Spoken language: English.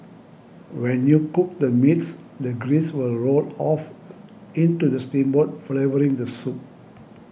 when you cook the meats the grease will roll off into the steamboat flavouring the soup